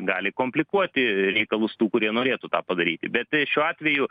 gali komplikuoti reikalus tų kurie norėtų tą padaryti bet šiuo atveju